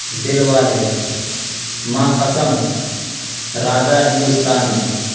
دل والے ماں قسم راجا ہندوستانی